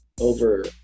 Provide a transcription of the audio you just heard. over